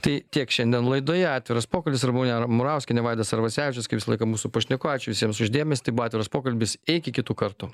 tai tiek šiandien laidoje atviras pokalbis ramunė murauskienė vaidas arvasevičius kaip visą laiką mūsų pašnekovai ačiū visiems už dėmesį tai buvo atviras pokalbis iki kitų kartų